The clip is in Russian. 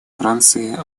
франции